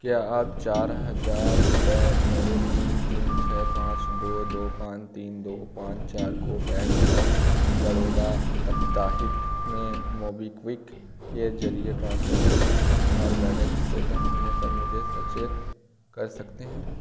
क्या आप चार हज़ार रुपये मेरे तीन तीन छः पाँच दो दो पाँच तीन दो पाँच चार को बैंक ऑफ़ बड़ौदा साप्ताहिक में मोबीक्विक के ज़रिए ट्रांसफर कर सकते हैं और बैलेंस इससे कम होने पर मुझे सचेत कर सकते हैं